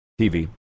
TV